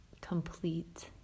complete